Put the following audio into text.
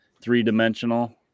three-dimensional